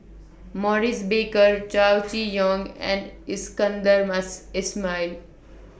Maurice Baker Chow Chee Yong and Iskandar Mass Ismail